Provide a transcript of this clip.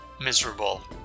miserable